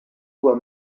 were